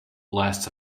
lasts